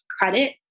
credit